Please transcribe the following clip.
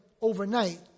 overnight